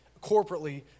corporately